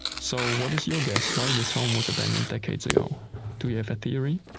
so, what is your guess why this home was abandoned decades ago? do you have a theory?